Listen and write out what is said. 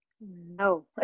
No